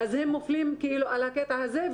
אז הם מופלים כאילו על הקטע הזה,